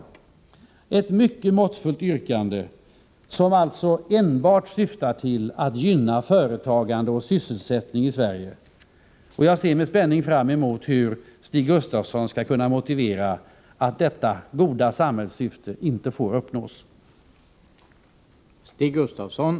Det är ett mycket måttfullt yrkande, som alltså enbart syftar till att gynna företagande och sysselsättning i Sverige. Jag ser med spänning fram mot hur Stig Gustafsson skall kunna motivera att detta goda samhällssyfte inte får uppnås. liga frågor